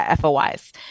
FOIs